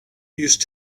used